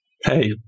Hey